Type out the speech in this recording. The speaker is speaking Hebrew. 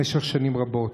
במשך שנים רבות.